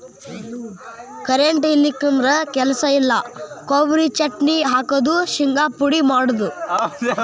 current ಇಲ್ಲಿಕಂದ್ರ ಕೆಲಸ ಇಲ್ಲಾ, ಕೊಬರಿ ಚಟ್ನಿ ಹಾಕುದು, ಶಿಂಗಾ ಪುಡಿ ಮಾಡುದು